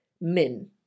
min